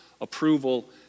approval